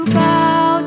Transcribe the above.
bow